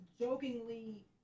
jokingly